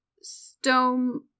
stone